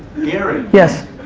gary. yes.